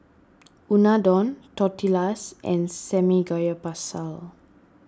Unadon Tortillas and Samgyeopsal